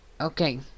Okay